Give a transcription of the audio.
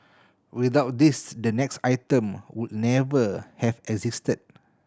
without this the next item would never have existed